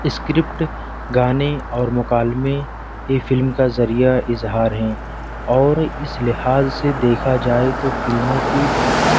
script گانے اور مکالمے یہ فلم کا ذریعہ اظہار ہیں اور اس لحاظ سے دیکھا جائے تو فلموں کی